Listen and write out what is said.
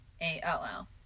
A-L-L